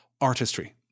artistry